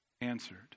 answered